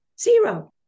Zero